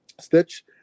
Stitch